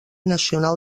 nacional